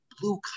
blue